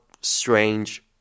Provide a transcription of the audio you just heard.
strange